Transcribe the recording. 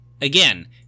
again